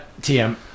TM